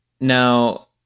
Now